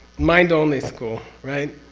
mind-only school right?